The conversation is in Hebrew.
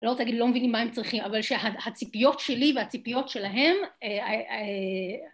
לא רוצה להגיד לא מבינים מה הם צריכים אבל שהציפיות שלי והציפיות שלהם